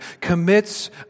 commits